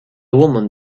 woman